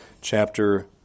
chapter